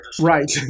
Right